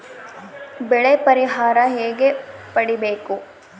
ಬೆಳೆ ಪರಿಹಾರ ಹೇಗೆ ಪಡಿಬೇಕು?